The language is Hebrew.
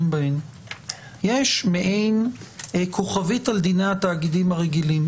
בהן יש מעין כוכבית על דיני התאגידים הרגילים,